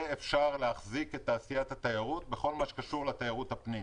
אפשר להחזיק את תעשיית התיירות בכל מה שקשור לתיירות הפנים.